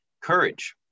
courage